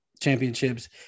championships